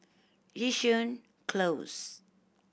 Yishun Close